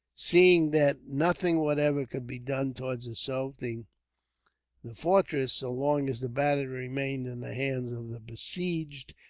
seeing that nothing whatever could be done towards assaulting the fortress, so long as the battery remained in the hands of the besieged,